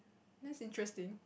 this interesting